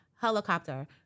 helicopter